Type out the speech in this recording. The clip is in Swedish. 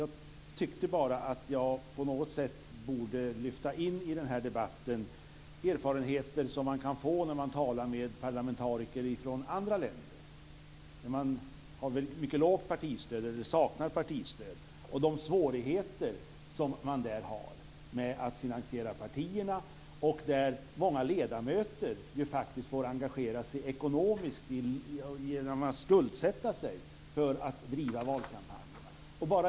Jag tyckte bara att jag på något sätt borde lyfta in i den här debatten erfarenheter man kan få när man talar med parlamentariker från andra länder, som har ett väldigt lågt partistöd eller saknar partistöd, och de svårigheter som där finns med att finansiera partierna och där många ledamöter faktiskt engagerar sig ekonomiskt genom att skuldsätta sig för att driva valkampanjer.